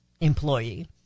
employee